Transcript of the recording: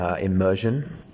immersion